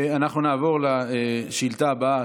נעבור לשאילתה הבאה,